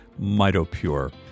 Mitopure